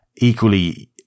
Equally